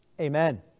Amen